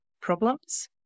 problems